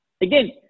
again